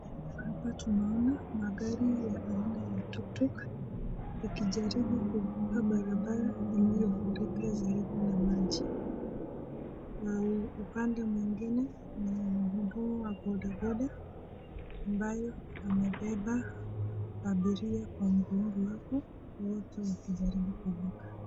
Hapa tunaona magari ya aina ya tuk tuk ikijaribu kuvuka barabara iliyofurika zaidi na maji. Huu upande mwingine ni mhudumu wa bodaboda ambayo amebeba abiria kwa mgongo wake wote wakijaribu kuvuka.